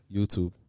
YouTube